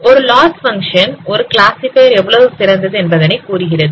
ஒரு loss function ஒரு classifier எவ்வளவு சிறந்தது என்பதனை கூறுகிறது